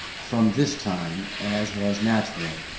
from this time, as was natural,